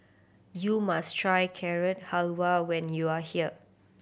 you must try Carrot Halwa when you are here